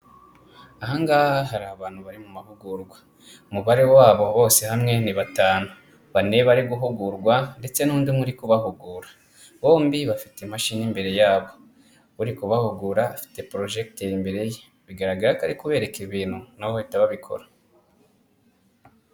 Aha ngaha hari abantu bari mu mahugurwa, umubare wabo bose hamwe ni batanu, bane bari guhugurwa ndetse n'undi umwe uri kubahugura, bombi bafite imashini imbere yabo, uri kubahugura porojegiteri imbere ye bigaragara ko ari kubereka ibintu nabo bahita babikora.